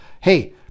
Hey